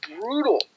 brutal